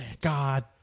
God